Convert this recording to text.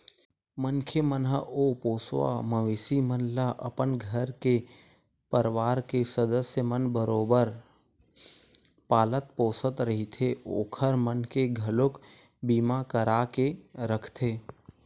मनखे मन ह ओ पोसवा मवेशी मन ल अपन घर के परवार के सदस्य मन बरोबर पालत पोसत रहिथे ओखर मन के घलोक बीमा करा के रखथे